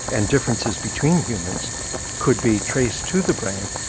and differences between humans could be traced to the brain.